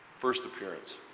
first appearance,